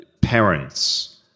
parents